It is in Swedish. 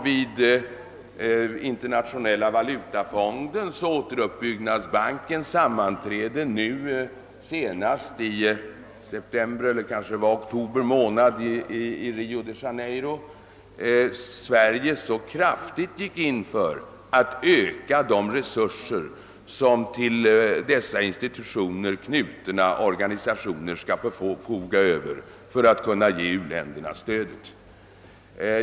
Vid Internationella valutafondens och Världsbankens senaste sammanträde i september eller möjligen oktober månad i Rio de Janeiro gick Sverige kraftigt in för att öka de resurser som till dessa institutioner knutna organisationer kan förfoga över för att kunna ge u-länderna stöd.